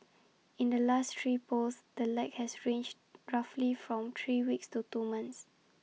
in the last three polls the lag has ranged roughly from three weeks to two months